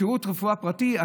שירות רפואה פרטי,